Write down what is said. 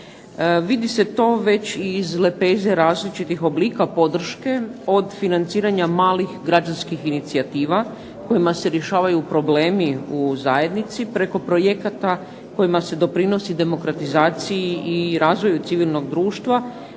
Vidi se to već i iz lepeze različitih oblika podrške od financiranja malih građanskih inicijativa, kojima se rješavaju problemi u zajednici, preko projekata kojima se doprinosi demokratizaciji i razvoju civilnog društva,